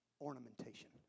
ornamentation